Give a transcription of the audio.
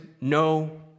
no